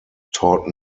taught